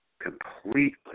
completely